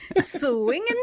Swinging